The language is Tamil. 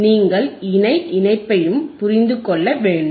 நீங்கள் இணை இணைப்பையும் புரிந்து கொள்ள வேண்டும்